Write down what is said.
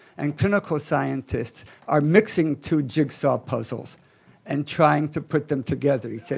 and clinical scientists are mixing two jigsaw puzzles and trying to put them together.